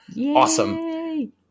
Awesome